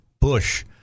Bush